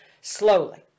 slowly